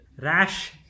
rash